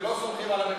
ולא סומכים על הממשלה,